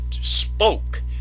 spoke